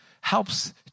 helps